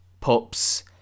pups